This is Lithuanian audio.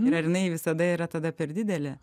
ir ar jinai visada yra tada per didelė